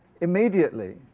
immediately